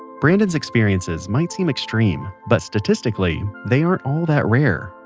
brandon's experiences might seem extreme, but statistically they aren't all that rare.